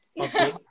Okay